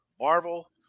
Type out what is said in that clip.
Marvel